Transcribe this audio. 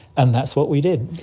and that's what we did.